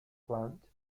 plant